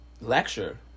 lecture